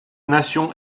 nation